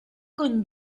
con